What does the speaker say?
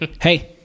Hey